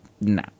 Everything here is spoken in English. nah